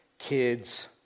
Kids